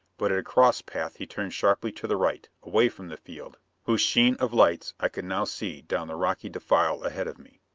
but at a cross-path he turned sharply to the right, away from the field, whose sheen of lights i could now see down the rocky defile ahead of me.